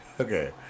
Okay